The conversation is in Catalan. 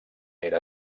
era